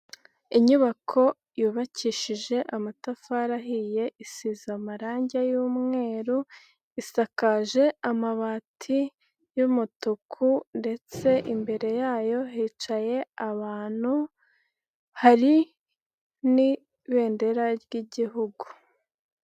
Inyubako yubakishije amatafari ahiye isize amarangi y'umweru, isakaje amabati y'umutuku ndetse imbere yayo hicaye abantu, hari n'ibendera ry'igihugu.